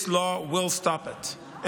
This law will stop it,